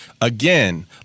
again